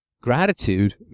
gratitude